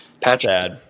Patrick